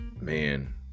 man